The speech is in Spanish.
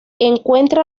encuentra